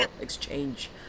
exchange